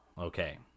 okay